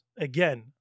again